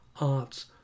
arts